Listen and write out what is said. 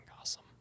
awesome